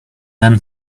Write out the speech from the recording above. then